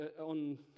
on